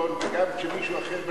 בשלטון וגם כשמישהו אחר בשלטון,